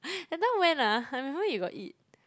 that time when ah I remember you got eat